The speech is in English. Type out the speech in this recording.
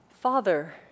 Father